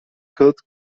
called